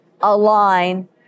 align